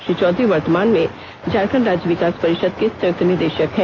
श्री चौधरी वर्तमान में झारखंड राज्य विकास परिषद के संयुक्त निदेषक हैं